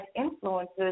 influences